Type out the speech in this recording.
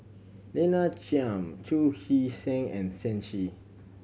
Lina Chiam Chu Hee Seng and Shen Xi